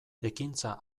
ekintza